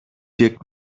wirkt